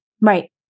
Right